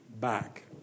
back